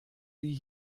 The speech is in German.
die